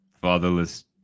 fatherless